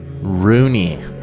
Rooney